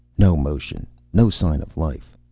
no motion. no sign of life.